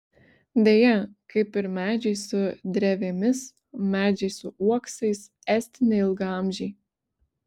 deja kaip ir medžiai su drevėmis medžiai su uoksais esti neilgaamžiai